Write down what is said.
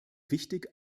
wichtig